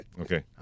Okay